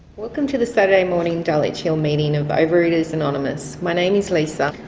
welcome to the saturday morning dulwich hill meeting of overeaters anonymous, my name is lisa,